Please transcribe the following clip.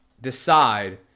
decide